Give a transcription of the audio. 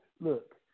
look